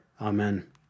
Amen